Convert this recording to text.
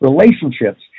relationships